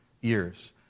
years